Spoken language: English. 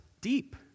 deep